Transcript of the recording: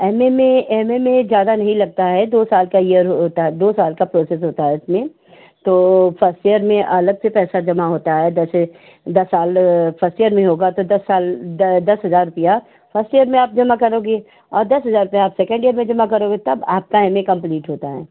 M A में M A में ज्यादा नहीं लगता है दो साल का इयर होता है दो साल का प्रोसेस होता है इसमें तो फ़स्ट इयर में अलग से पैसा जमा होता है जैसे दस साल फ़स्ट इयर में होगा तो दस साल दस हज़ार रुपये फ़स्ट इयर में आप जमा करोगे और दस हज़ार रुपये आप सेकेन्ड इयर में जमा करोगे तब आपका एम ए कम्प्लीट होता है